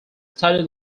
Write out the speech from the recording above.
study